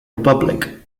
republic